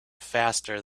faster